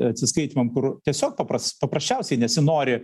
atsiskaitym kur tiesiog papras paprasčiausiai nesinori